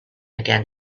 again